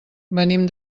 venim